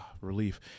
relief